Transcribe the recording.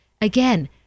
again